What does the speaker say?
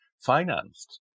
financed